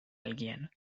alguien